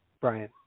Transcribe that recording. Brian